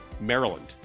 Maryland